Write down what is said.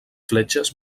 fletxes